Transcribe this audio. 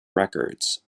records